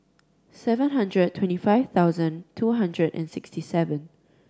seven hundred twenty five thousand two hundred and sixty seven